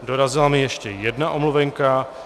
Dorazila mi ještě jedna omluvenka.